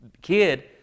kid